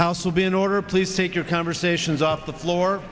house will be in order please take your conversations off the floor